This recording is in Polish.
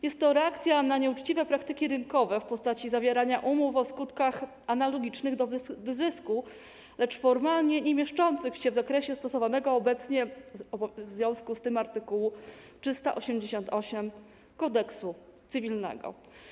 Jest to reakcja na nieuczciwe praktyki rynkowe w postaci zawierania umów o skutkach analogicznych do skutków wyzysku, lecz formalnie niemieszczących się w zakresie stosowanego obecnie w związku z tym art. 388 Kodeksu cywilnego.